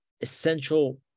essential